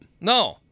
No